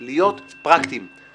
של חברי הכנסת עיסאווי פריג' וחיליק בר.